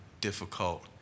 difficult